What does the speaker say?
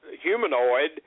humanoid